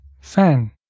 fan